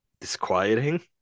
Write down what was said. disquieting